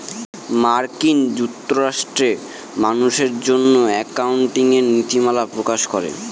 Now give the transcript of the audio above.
মার্কিন যুক্তরাষ্ট্রে মানুষের জন্য একাউন্টিঙের নীতিমালা প্রকাশ করে